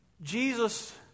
Jesus